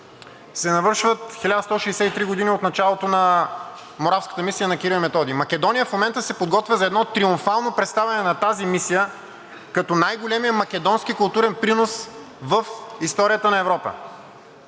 се навършват 1163 години от началото на Моравската мисия на Кирил и Методий. Македония в момента се подготвя за едно триумфално представяне на тази мисия като най-големия македонски културен принос в историята на Европа.